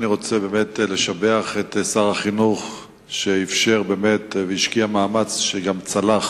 אני רוצה באמת לשבח את שר החינוך שאישר והשקיע מאמץ שגם צלח